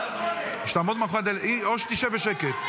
שתעמוד מאחורי הדלת או שתשב בשקט.